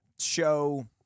show